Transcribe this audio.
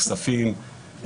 כספים,